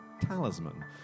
talisman